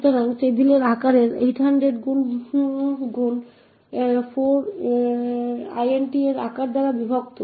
সুতরাং টেবিলের আকার 800 গুণ 4 হবে int এর আকার দ্বারা বিভক্ত